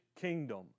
kingdom